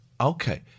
Okay